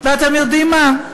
ואתם יודעים מה?